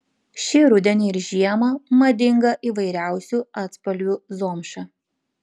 šį rudenį ir žiemą madinga įvairiausių atspalvių zomša